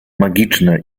magiczne